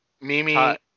Mimi